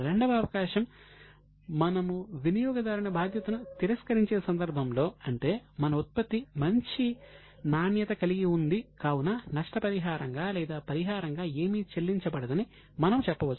రెండవ అవకాశం మనము వినియోగదారుని బాధ్యతను తిరస్కరించే సందర్భంలో అంటే మన ఉత్పత్తి మంచి నాణ్యత కలిగి ఉంది కావున నష్టపరిహారంగా లేదా పరిహారంగా ఏమీ చెల్లించబడదని మనము చెప్పవచ్చు